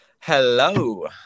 hello